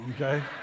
okay